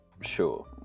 sure